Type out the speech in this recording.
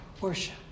worship